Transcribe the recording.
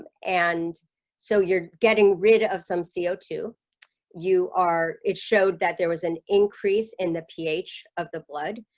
and and so you're getting rid of some c o two you? are it showed that there was an increase in the ph of the blood?